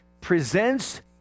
presents